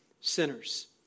sinners